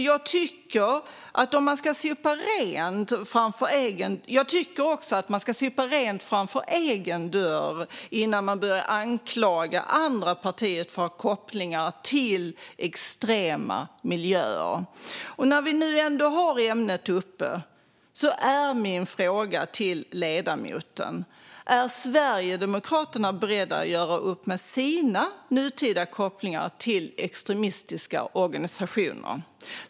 Jag tycker att man ska sopa rent framför egen dörr innan man börjar anklaga andra partier för kopplingar till extrema miljöer. När vi nu ändå har ämnet uppe är min fråga till ledamoten: Är Sverigedemokraterna beredda att göra upp med sina nutida kopplingar till extremistiska organisationer?